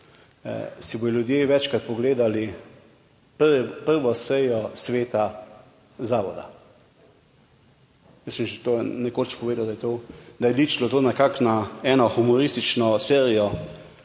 si bodo ljudje večkrat pogledali prvo sejo sveta zavoda. Jaz sem že to nekoč povedal, da je ličilo to nekako na eno humoristično serijo